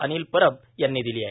अनिल परब यांनी दिली आहे